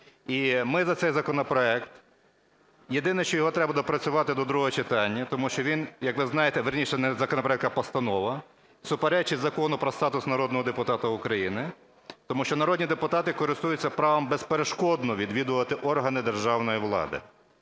і ми за цей законопроект. Єдине, що його треба доопрацювати до другого читання, тому що він, як ви знаєте… вірніше, не законопроект, а постанова, суперечить Закону "Про статус народного депутата України", тому що народні депутати користуються правом безперешкодно відвідувати органи державної влади.